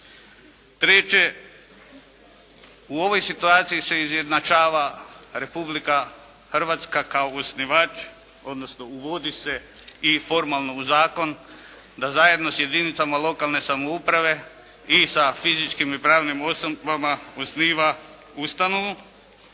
Treće, u ovoj situaciji se izjednačava Republika Hrvatska kao osnivač odnosno uvodi se i formalno u zakon da zajedno s jedinicama lokalne samouprave i sa fizičkim i pravnim osobama osniva ustanovu